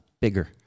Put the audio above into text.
bigger